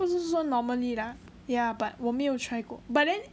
不是说 normally lah ya but 我没有 try 过 but then